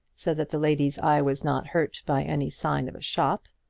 so that the lady's eye was not hurt by any sign of a shop.